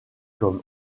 comme